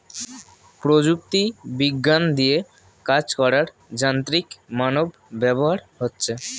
প্রযুক্তি বিজ্ঞান দিয়ে কাজ করার যান্ত্রিক মানব ব্যবহার হচ্ছে